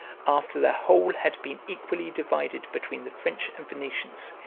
after the whole had been equally divided between the french and venetians,